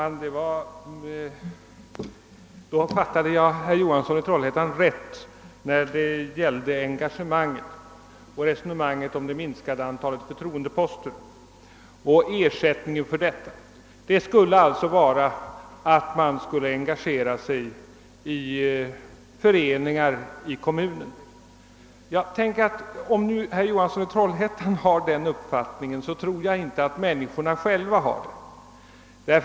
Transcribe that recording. Herr talman! Då fattade jag herr Johansson i Trollhättan rätt när det gällde engagemanget och resonemanget om det minskade antalet förtroendeposter samt ersättningen härför. Ersättningen skulle alltså vara att man engagerade sig i föreningar i kommunen. Men även om nu herr Johansson i Trollhättan har denna uppfattning, så tror jag inte att människorna själva har den.